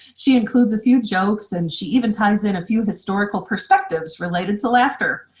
she includes a few jokes and she even ties in a few historical perspectives related to laughter.